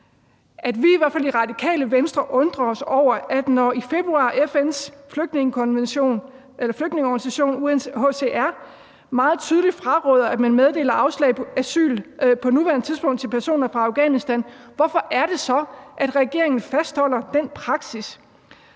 vi i hvert fald i Radikale Venstre undrer os. For når FN's flygtningeorganisation, UNCR, i februar meget tydeligt fraråder, at man meddeler afslag på asyl på nuværende tidspunkt til personer fra i Afghanistan, hvorfor er det så, at regeringen fastholder den praksis?